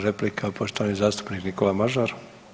Replika poštovani zastupnik Nikola Mažar.